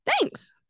Thanks